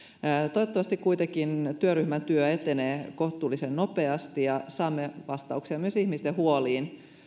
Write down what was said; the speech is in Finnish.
toivottavasti kuitenkin työryhmän työ etenee kohtuullisen nopeasti ja saamme vastauksia myös ihmisten huoliin